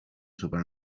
sopra